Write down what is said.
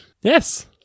Yes